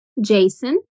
Jason